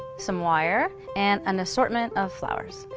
some wire and an assortment of flowers.